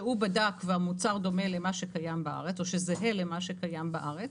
בדק והמוצר דומה או זהה למה שקיים בארץ